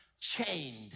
chained